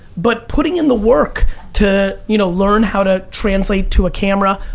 but putting in the work to you know learn how to translate to a camera,